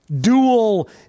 dual